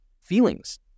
feelings